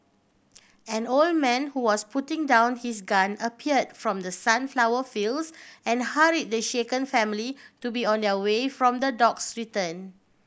an old man who was putting down his gun appeared from the sunflower fields and hurry the shaken family to be on their way from the dogs return